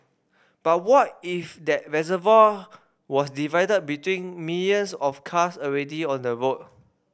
but what if that reservoir was divided between millions of cars already on the road